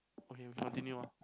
okay okay continue ah